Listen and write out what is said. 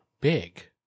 big